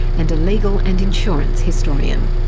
and a legal and insurance historian.